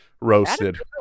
Roasted